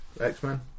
X-Men